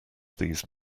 these